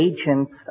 Agents